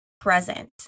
present